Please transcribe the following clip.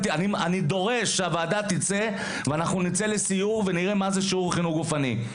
אני דורש שהוועדה תצא לסיור ותראה מה זה שיעור חינוך גופני.